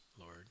Lord